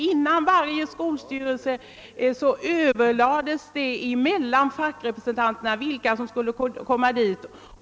Före varje sammanträde i skolstyrelsen överlade fackrepresentanterna sinsemellan om vem som skulle delta.